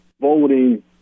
voting